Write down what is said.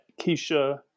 Keisha